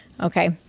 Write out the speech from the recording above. Okay